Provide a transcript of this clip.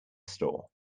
store